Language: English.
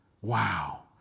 Wow